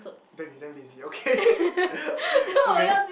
damn you damn lazy okay okay